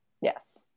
Yes